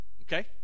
okay